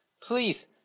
please